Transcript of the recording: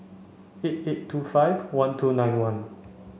eight eight two five one two nine one